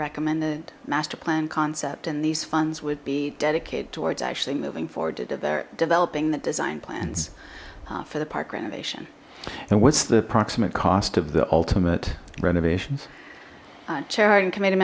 recommended master plan concept and these funds would be dedicated towards actually moving forward to do they're developing the design plans for the park renovation and what's the approximate cost of the ultimate renovations chair and committe